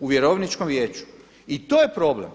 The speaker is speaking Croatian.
u vjerovničkom vijeću i to je problem.